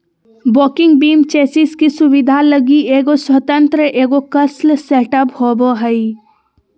walking beam chassis की सुबिधा लगी एगो स्वतन्त्र एगोक्स्ल सेटअप होबो हइ